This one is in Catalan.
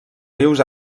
rius